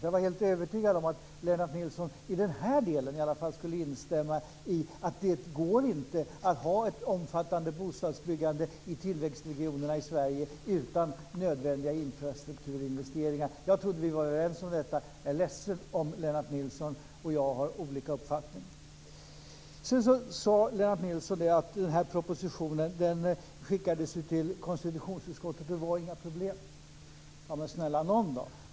Jag var helt övertygad om att Lennart Nilsson i alla fall i den här delen skulle instämma i att det inte går att ha ett omfattande bostadsbyggande i tillväxtregionerna i Sverige utan nödvändiga infrastrukturinvesteringar. Jag trodde att vi var överens om detta. Jag är ledsen om Lennart Nilsson och jag har olika uppfattningar. Sedan sade Lennart Nilsson att den här propositionen skickades till konstitutionsutskottet och att det inte var några problem. Men, snälla nån då!